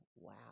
wow